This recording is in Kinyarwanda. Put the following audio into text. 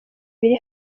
biri